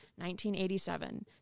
1987